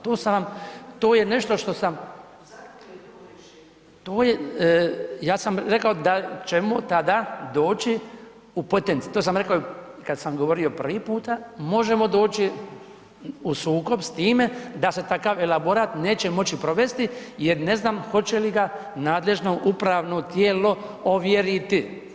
To sam vam, to je nešto što sam …… [[Upadica sa strane, ne razumije se.]] To je, ja sam rekao da ćemo tada doći u, to sam rekao i kad sam govorio prvi puta, možemo doći u sukob s time da se takav elaborat neće moći provesti jer ne znam hoće li nadležno upravno tijelo ovjeriti.